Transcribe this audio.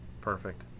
Perfect